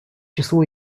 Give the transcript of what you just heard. числу